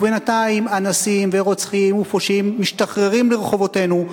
ובינתיים אנסים ורוצחים ופושעים משתחררים לרחובותינו.